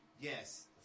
Yes